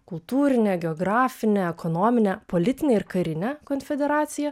kultūrinę geografinę ekonominę politinę ir karinę konfederaciją